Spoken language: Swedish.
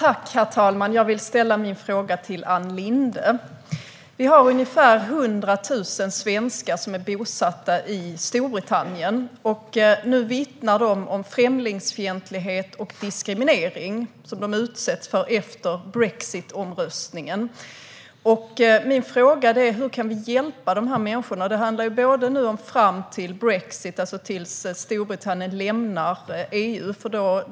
Herr talman! Jag vill ställa min fråga till Ann Linde. Vi har ungefär 100 000 svenskar som är bosatta i Storbritannien. Nu vittnar de om främlingsfientlighet och diskriminering som de utsätts för efter brexitomröstningen. Min fråga är: Hur kan vi hjälpa de här människorna? Det handlar om tiden fram till brexit, alltså till dess att Storbritannien lämnar EU.